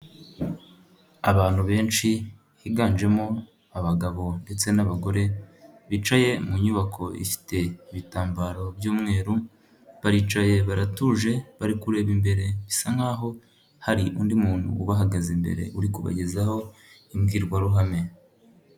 Abantu benshi higanjemo abagabo ndetse n'abagore bicaye mu nyubako ifite ibitambaro by'umweru, baricaye baratuje bari kureba imbere bisa nk'aho hari undi muntu ubahagaze imbere uri kubagezaho imbwirwaruhame.